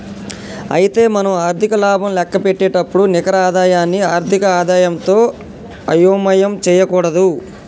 అయితే మనం ఆర్థిక లాభం లెక్కపెట్టేటప్పుడు నికర ఆదాయాన్ని ఆర్థిక ఆదాయంతో అయోమయం చేయకూడదు